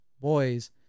boys